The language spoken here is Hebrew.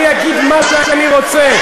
אני אגיד מה שאני רוצה.